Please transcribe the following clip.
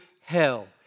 hell